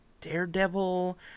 Daredevil